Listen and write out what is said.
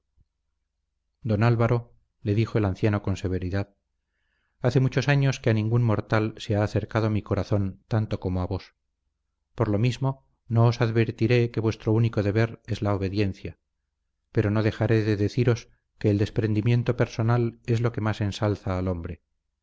don álvaro le dijo el anciano con severidad hace muchos años que a ningún mortal se ha acercado mi corazón tanto como a vos por lo mismo no os advertiré que vuestro único deber es la obediencia pero no dejaré de deciros que el desprendimiento personal es lo que más ensalza al hombre